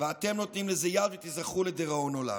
אתם נותנים לזה יד, ותיזכרו לדיראון עולם.